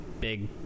big